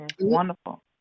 Wonderful